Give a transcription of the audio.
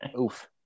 Oof